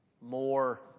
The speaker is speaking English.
More